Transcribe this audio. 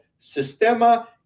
Sistema